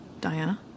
Diana